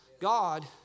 God